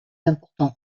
importants